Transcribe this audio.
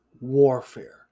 warfare